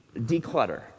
Declutter